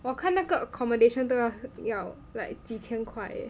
我看那个 accommodation 都要要几千块 eh